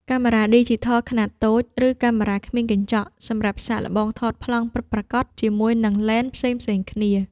កាមេរ៉ាឌីជីថលខ្នាតតូច ឬកាមេរ៉ាគ្មានកញ្ចក់ សម្រាប់សាកល្បងថតប្លង់ពិតប្រាកដជាមួយនឹងឡេនផ្សេងៗគ្នា។